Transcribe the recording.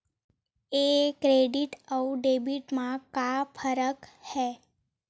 ये क्रेडिट आऊ डेबिट मा का फरक है?